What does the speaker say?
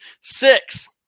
Six